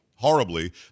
horribly